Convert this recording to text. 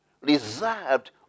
reserved